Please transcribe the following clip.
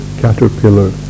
caterpillar